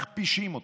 מכפישים אותם.